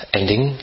ending